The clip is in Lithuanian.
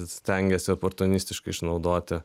stengiasi oportunistiškai išnaudoti